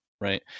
right